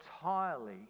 entirely